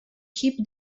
keep